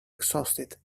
exhausted